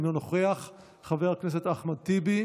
האם את מבקשת לממש את זכות הדיבור?